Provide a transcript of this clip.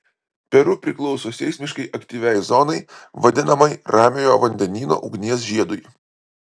peru priklauso seismiškai aktyviai zonai vadinamai ramiojo vandenyno ugnies žiedui